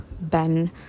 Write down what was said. ben